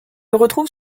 retrouve